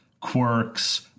quirks